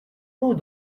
lot